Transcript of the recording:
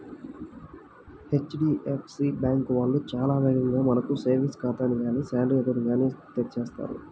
HDFC bank వాళ్ళు చాలా వేగంగా మనకు సేవింగ్స్ ఖాతాని గానీ శాలరీ అకౌంట్ ని గానీ తెరుస్తారు